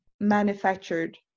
manufactured